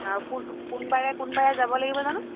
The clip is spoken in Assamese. অঁ কোনবাৰে কোনবাৰে যাব লাগিব জানো